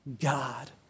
God